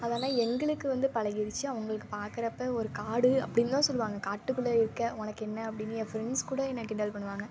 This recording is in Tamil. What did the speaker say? அது ஆனால் எங்களுக்கு வந்து பழகிடுச்சு அவங்களுக்கு பார்க்குறப்ப ஒரு காடு அப்படினு தான் சொல்லுவாங்க காட்டுக்குள்ளே இருக்க உனக்கென்ன அப்படின்னு என் ஃப்ரெண்ட்ஸ் கூட என்னை கிண்டல் பண்ணுவாங்க